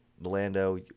Lando